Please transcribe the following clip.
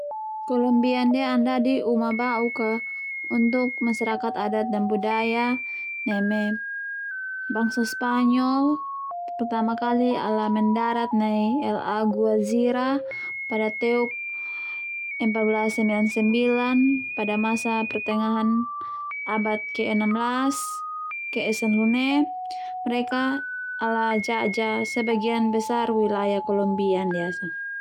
Colombia ndia ana nda'di uma bauk a untuk masyarakat adat dan budaya neme bangsa Spanyol pertama kali ala mendarat nai Alguazira pada teuk empat belas sembilan sembilan pada masa pertengahan abad ke enam belas ke esanhulu ne mereka ala jajah sebagaian besar wilayah Colombia ndia.